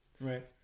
Right